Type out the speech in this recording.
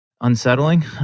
unsettling